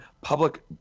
public